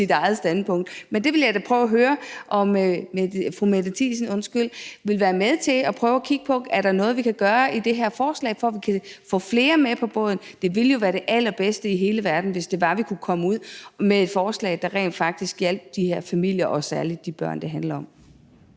sit eget standpunkt. Men jeg vil da gerne høre, om fru Mette Thiesen ville være med til at prøve at kigge på, om der er noget, vi kan gøre med det her forslag, sådan at vi kan få flere med på vognen. Det ville jo være det allerbedste i hele verden, hvis vi kunne komme med et forslag, der rent faktisk hjalp de her familier og særlig de børn, det handler om.